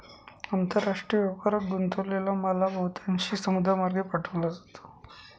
आंतरराष्ट्रीय व्यापारात गुंतलेला माल हा बहुतांशी समुद्रमार्गे पाठवला जातो